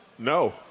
No